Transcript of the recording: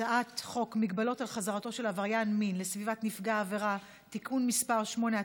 חוק מגבלות על חזרתו של עבריין מין לסביבת נפגע העבירה (תיקון מס' 8),